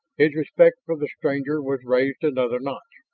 his respect for the stranger was raised another notch.